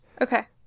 Okay